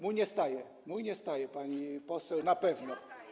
Mój nie staje, mój nie staje, pani poseł, na pewno.